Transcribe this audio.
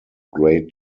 great